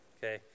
Okay